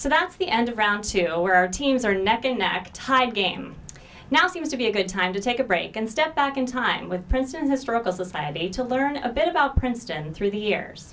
so that's the end of round two where our teams are neck in neck tie game now seems to be a good time to take a break and step back in time with princeton historical society to learn a bit about princeton through the years